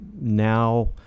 now